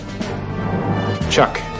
chuck